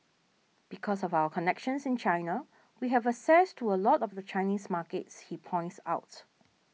because of our connections in China we have access to a lot of the Chinese markets he points out